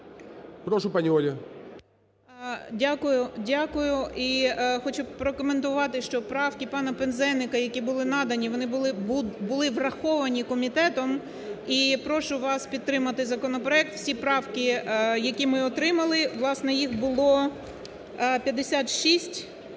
Прошу, пані Ольго.